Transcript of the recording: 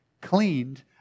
cleaned